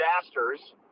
disasters